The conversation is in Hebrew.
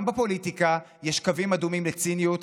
גם בפוליטיקה יש קווים אדומים לציניות,